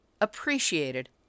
appreciated